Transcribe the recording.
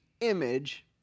image